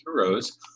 heroes